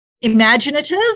imaginative